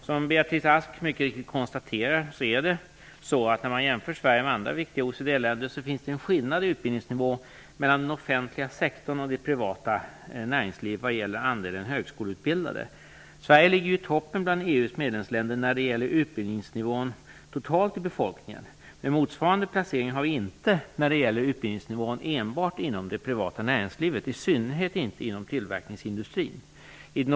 Som Beatrice Ask mycket riktigt konstaterar finns det, när man jämför Sverige med andra viktiga OECD-länder, i dag en skillnad i utbildningsnivå mellan den offentliga sektorn och det privata näringslivet vad gäller andel anställda högskoleutbildade. Sverige ligger i toppen bland EU:s medlemsländer när det gäller utbildningsnivån totalt i befolkningen. Motsvarande placering har vi inte när det gäller utbildningsnivån enbart inom det privata näringslivet, i synnerhet inte inom tillverkningsindustrin.